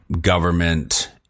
government